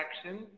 action